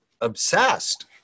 obsessed